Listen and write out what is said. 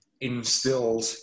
instilled